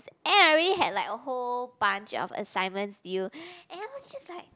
and I already had like a whole bunch of assignments due and I was just like